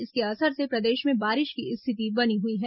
इसके असर से प्रदेश में बारिश की स्थिति बनी हुई है